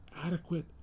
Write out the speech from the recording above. Adequate